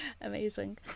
amazing